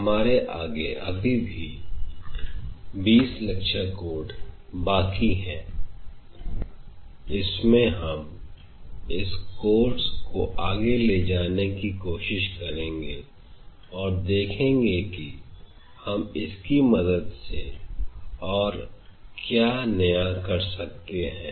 हमारे आगे अभी भी 20 लेक्चर कोड बाकी है इसमें हम इस कोर्स को आगे ले जाने की कोशिश करेंगे और देखेंगे कि आगे हम इसकी मदद सेऔर क्या नया कर सकते हैं